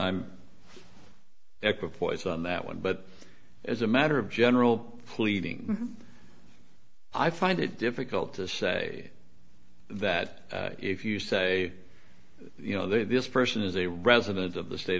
voice on that one but as a matter of general pleading i find it difficult to say that if you say you know this person is a resident of the state